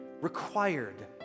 required